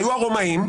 היו הרומאים.